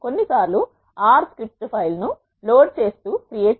కొన్నిసార్లు R R script file ను load చేస్తూ క్రియేట్ చేస్తాము